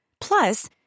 Plus